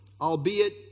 albeit